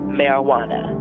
marijuana